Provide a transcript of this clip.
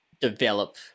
develop